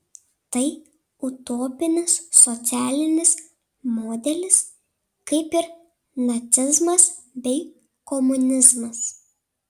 tai utopinis socialinis modelis kaip ir nacizmas bei komunizmas